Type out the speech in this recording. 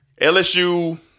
LSU